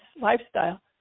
lifestyle